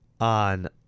on